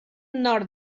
nord